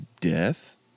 Death